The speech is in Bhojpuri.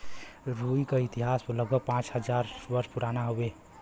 रुई क इतिहास लगभग पाँच हज़ार वर्ष पुराना हउवे